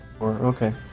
okay